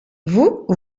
vous